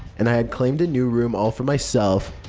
and i had claimed a new room all for myself,